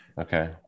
Okay